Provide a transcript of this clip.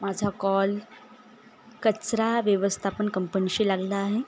माझा कॉल कचरा व्यवस्थापन कंपनीशी लागला आहे